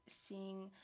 seeing